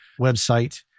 website